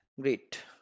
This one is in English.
great